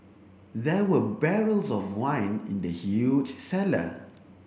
there were barrels of wine in the huge cellar